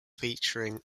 featuring